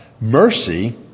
mercy